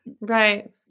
right